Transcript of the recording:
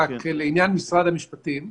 רק בעניין משרד המשפטים -- כן.